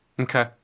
Okay